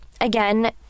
Again